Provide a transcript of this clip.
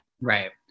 Right